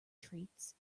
treats